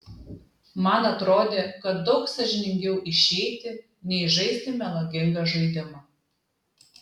man atrodė kad daug sąžiningiau išeiti nei žaisti melagingą žaidimą